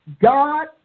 God